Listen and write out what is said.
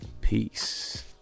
Peace